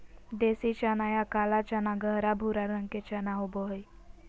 देसी चना या काला चना गहरा भूरा रंग के चना होबो हइ